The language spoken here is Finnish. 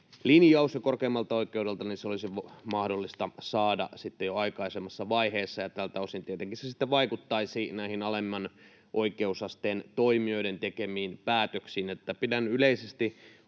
linjaus korkeimmalta oikeudelta, se olisi mahdollista saada jo aikaisemmassa vaiheessa, ja tältä osin tietenkin se sitten vaikuttaisi näihin alemman oikeusasteen toimijoiden tekemiin päätöksiin. Pidän tätä yleisesti